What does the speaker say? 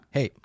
Hey